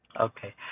Okay